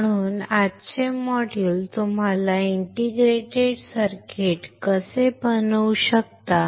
म्हणून आजचे मॉड्यूल तुम्हाला इंटिग्रेटेड सर्किट कसे बनवू शकता